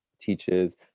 teaches